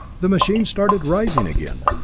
the machine started rising again.